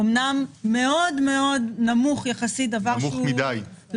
אמנם מאוד מאוד נמוך יחסית, דבר שהוא